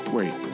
Wait